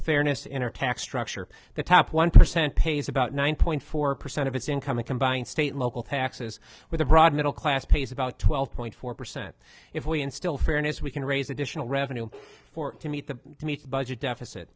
fairness in our tax structure the top one percent pays about nine point four percent of its income a combined state local taxes with a broad middle class pays about twelve point four percent if we instill fairness we can raise additional revenue for to meet the meet budget deficit